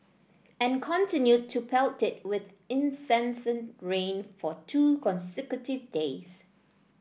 and continued to pelt it with incessant rain for two consecutive days